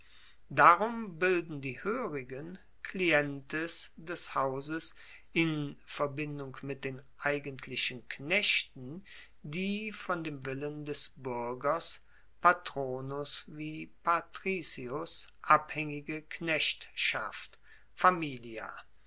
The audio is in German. darum bilden die hoerigen clientes des hauses in verbindung mit den eigentlichen knechten die von dem willen des buergers patronus wie patricius abhaengige knechtschaft